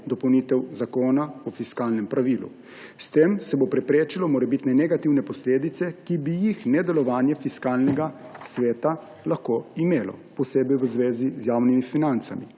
dopolnitev Zakona o fiskalnem pravilu. S tem se bodo preprečile morebitne negativne posledice, ki bi jih nedelovanje Fiskalnega sveta lahko imelo, posebej v zvezi z javnimi financami.